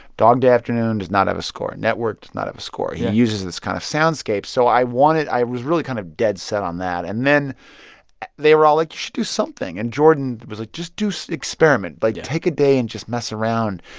dog day afternoon does not have a score. network did not have a score. he uses this kind of soundscape. so i wanted i was really kind of dead set on that. and then they were all like, you should do something. and jordan was like, just do so experiment. like, take a day and just mess around.